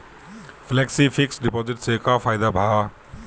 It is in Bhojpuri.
फेलेक्सी फिक्स डिपाँजिट से का फायदा भा?